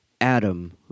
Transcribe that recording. adam